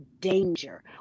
danger